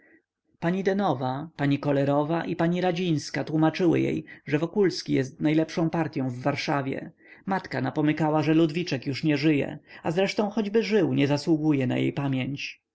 pani denowa pani kolerowa i pani radzińska tłómaczyły jej że wokulski jest najlepszą partyą w warszawie matka napomykała że ludwiczek już nie żyje a zresztą choćby żył nie zasługuje na jej pamięć